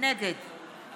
נגד